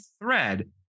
thread